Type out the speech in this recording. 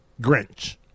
Grinch